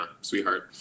sweetheart